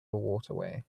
waterway